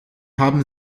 haben